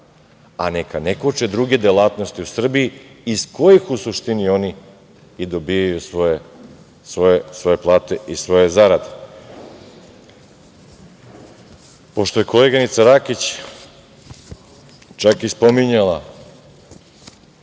a neka ne koče druge delatnosti u Srbiji iz kojih u suštini oni i dobijaju svoje plate i svoje zarade. Pošto je koleginica Rakić čak i spominjala